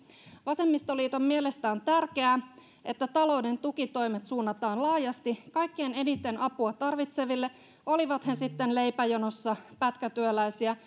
vasemmistoliiton mielestä on tärkeää että talouden tukitoimet suunnataan laajasti kaikkein eniten apua tarvitseville olivat he sitten leipäjonossa pätkätyöläisiä